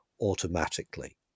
automatically